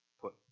put